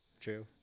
True